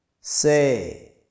Say